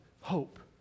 hope